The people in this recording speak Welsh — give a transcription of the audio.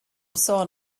sôn